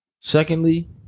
Secondly